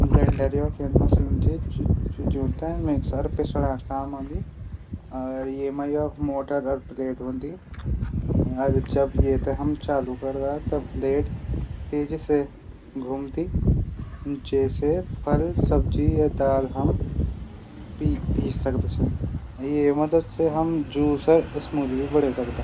Blender machine चीजों थै पिसण काम आंदी। वे मा मोटर ब्लेड होंदी। जब हम ऐथे चालू करदा। तब ब्लेड तेजी से घुमदी। जैसे फल सब्जी दाल पीस सकदा छन। येकी मदद से हम जूस और स्मूदी भी बणै सकदा छन।